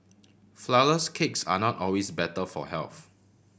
flourless cakes are not always better for health